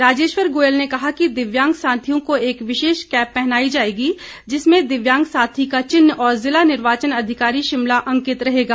राजेश्वर गोयल ने कहा कि दिव्यांग साथियों को एक विशेष कैप पहनाई जाएगी जिसमें दिव्यांग साथी का चिन्ह और जिला निर्वाचन अधिकारी शिमला अंकित रहेगा